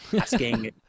asking